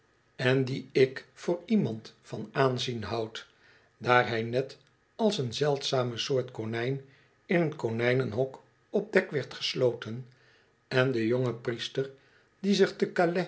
en dien ik voor iemand van aanzien houd daar hij net als een zeldzame soort konijn in een konijnenhok op dek werd gesloten en de jonge priester die zich